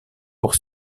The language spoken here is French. pour